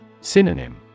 Synonym